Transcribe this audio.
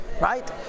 Right